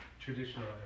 Traditional